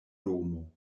domo